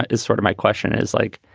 is sort of my question is like,